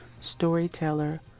storyteller